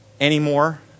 anymore